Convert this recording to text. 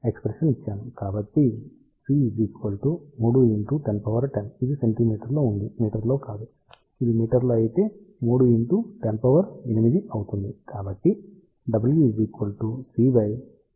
కాబట్టి C 3 1010 ఇది సెంటీమీటర్లో ఉంది మీటర్లో కాదు ఇది మీటర్లో అయితే 3 108 అవుతుంది